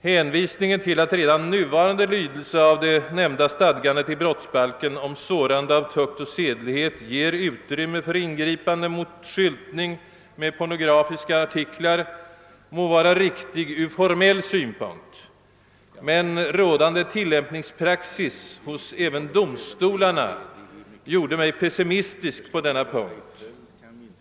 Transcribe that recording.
Hänvisningen till att redan nuvarande lydelse av det nämnda stadgandet i brottsbalken om sårande av tukt och sedlighet ger utrymme för ingripande mot skyltning med pornografiska alster må vara riktig ur formell synpunkt, men rådande tillämpningspraxis hos även domstolarna gjorde mig pessimistisk på denna punkt.